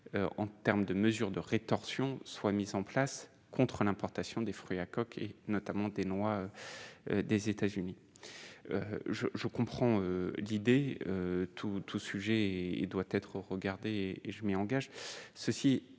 en terme de mesures de rétorsion soient mises en place contre l'importation des fruits à coque et notamment des Noirs des États-Unis, je comprends l'idée tout tout sujet doit être regardée et je m'y engage, ceci étant